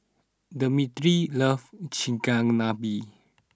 Dimitri loves Chigenabe